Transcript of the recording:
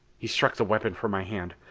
he struck the weapon from my hand.